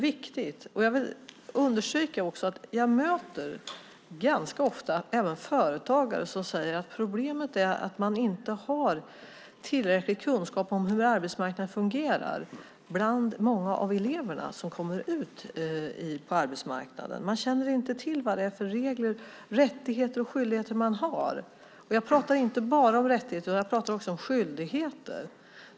Jag vill understryka att jag ganska ofta möter även företagare som säger att problemet är att man inte har tillräcklig kunskap om hur arbetsmarknaden fungerar bland många av de elever som kommer ut på arbetsmarknaden. Man känner inte till vad det är för regler som gäller och vilka rättigheter och skyldigheter man har. Jag pratar inte bara om rättigheter, utan jag pratar också om skyldigheter.